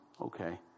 okay